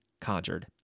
conjured